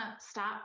stop